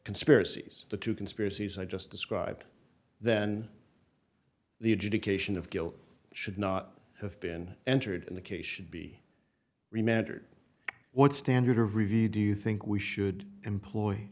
conspiracies the two conspiracies i just described then the adjudication of guilt should not have been entered in the case should be remastered what standard of review do you think we should employ